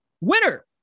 winner